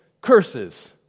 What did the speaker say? curses